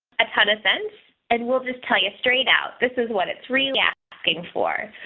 a ton of sense and we'll just tell you straight out, this is what it's remapping for.